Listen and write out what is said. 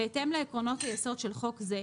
בהתאם לעקרונות היסוד של חוק זה,